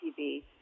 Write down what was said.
TV